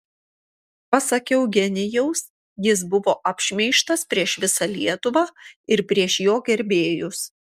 pasak eugenijaus jis buvo apšmeižtas prieš visą lietuvą ir prieš jo gerbėjus